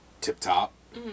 tip-top